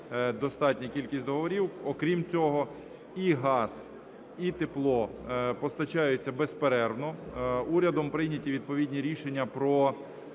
достатня кількість договорів. Окрім цього, і газ, і тепло постачаються безперервно, урядом прийняті відповідні рішення про